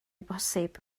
posib